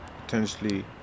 potentially